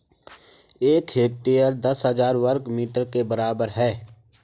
एक हेक्टेयर दस हजार वर्ग मीटर के बराबर है